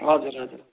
हजुर हजुर